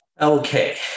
okay